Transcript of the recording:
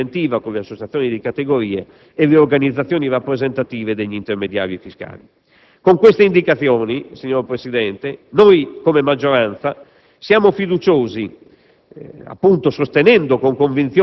rafforzando gli strumenti di consultazione preventiva con le associazioni di categoria e le organizzazioni rappresentative degli intermediari fiscali. Con queste indicazioni, signor Presidente, come maggioranza siamo fiduciosi